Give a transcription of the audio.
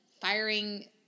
firing